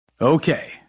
Okay